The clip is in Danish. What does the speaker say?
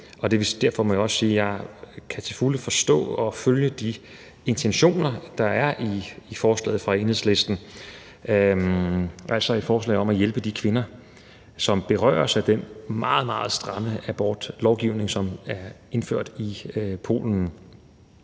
Derfor må jeg også sige, at jeg til fulde kan forstå og følge de intentioner, der er i forslaget fra Enhedslisten, altså et forslag om at hjælpe de kvinder, som berøres af den meget, meget stramme abortlovgivning, som er indført i Polen.